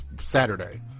Saturday